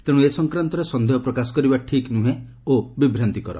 ତେଣୁ ଏ ସଂକ୍ରାନ୍ତରେ ସନ୍ଦେହ ପ୍ରକାଶ କରିବା ଠିକ୍ ନୁହେଁ ଓ ବିଭ୍ରାନ୍ତିକର